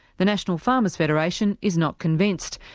the national farmers' federation is not convinced.